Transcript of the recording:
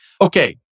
Okay